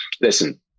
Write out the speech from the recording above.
listen